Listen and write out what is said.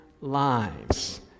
lives